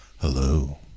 Hello